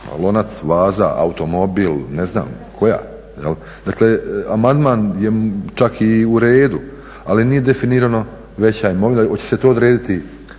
lonac, vaza, automobil, ne znam koja. Dakle, amandman je čak i u redu, ali nije definirano veća imovina. Hoće se to odrediti